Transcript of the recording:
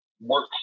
work